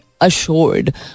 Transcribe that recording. assured